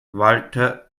walter